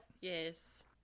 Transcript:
Yes